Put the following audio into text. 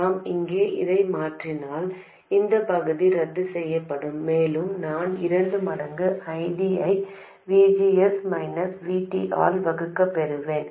நான் இங்கே அதை மாற்றினால் இந்த பகுதி ரத்து செய்யப்படும் மேலும் நான் 2 மடங்கு I D ஐ V G S minus V T ஆல் வகுக்கப் பெறுவேன்